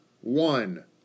one